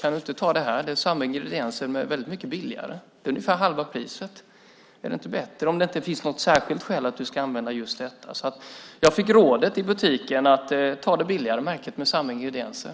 Kan du inte ta det här i stället? Det är samma ingredienser men väldigt mycket billigare. Det är ungefär halva priset. Är det inte bättre, om det inte finns något särskilt skäl till att du ska använda just detta? Jag fick alltså rådet i butiken att ta det billigare märket med samma ingredienser.